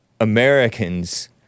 Americans